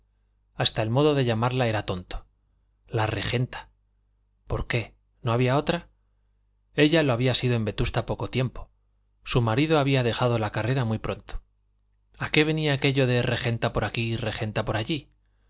hasta el modo de llamarla era tonto la regenta por qué no había otra ella lo había sido en vetusta poco tiempo su marido había dejado la carrera muy pronto a qué venía aquello de regenta por aquí regenta por allí